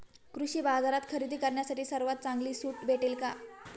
कृषी बाजारात खरेदी करण्यासाठी सर्वात चांगली सूट भेटेल का?